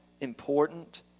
important